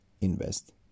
invest